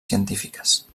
científiques